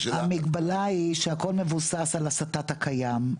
המגבלה היא שהכול מבוסס על הסטת הקיים.